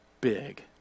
big